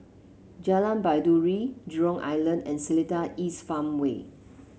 Jalan Baiduri Jurong Island and Seletar East Farmway